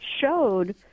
showed